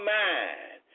mind